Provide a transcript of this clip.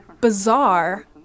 bizarre